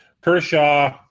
Kershaw